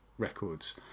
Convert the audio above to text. records